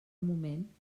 moment